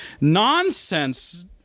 nonsense